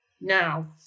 now